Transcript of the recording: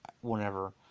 whenever